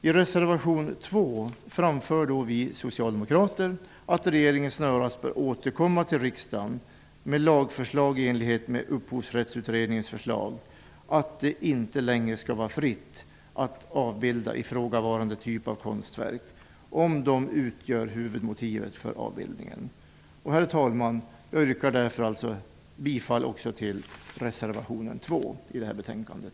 I reservation 2 framför vi socialdemokrater att regeringen snarast bör återkomma till riksdagen med lagförslag i enlighet med Upphovsrättsutredningens förslag att det inte längre skall vara fritt att avbilda ifrågavarande typ av konstverk om de utgör huvudmotivet för avbildningen. Herr talman! Jag yrkar även bifall till reservation 2 i det här betänkandet.